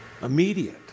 Immediate